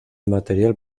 material